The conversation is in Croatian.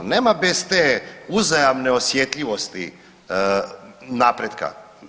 Nema bez te uzajamne osjetljivosti napretka.